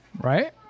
right